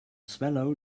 swallow